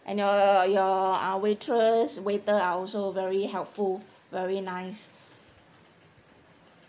and your your uh waitress waiter are also very helpful very nice